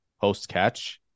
post-catch